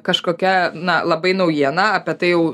kažkokia na labai naujiena apie tai jau